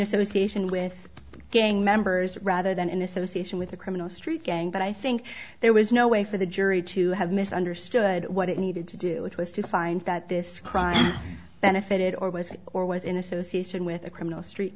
association with gang members rather than in association with the criminal street gang but i think there was no way for the jury to have misunderstood what it needed to do which was to find that this crime benefited or was or was in association with a criminal street